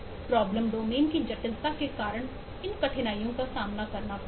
problem domain की जटिलता के कारण इन कठिनाइयों का सामना करना पड़ता है